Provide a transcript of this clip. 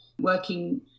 working